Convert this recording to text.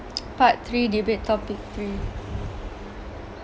part three debate topic three